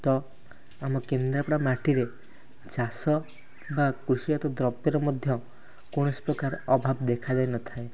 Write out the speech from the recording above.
ତ ଆମ କେନ୍ଦ୍ରାପଡ଼ା ମାଟିରେ ଚାଷ ବା କୃଷିଜାତ ଦ୍ରବ୍ୟର ମଧ୍ୟ କୌଣସି ପ୍ରକାର ଅଭାବ ଦେଖାଯାଇ ନଥାଏ